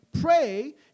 pray